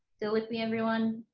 still with me everyone